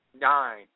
Nine